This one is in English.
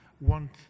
want